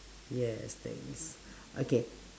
yes thanks okay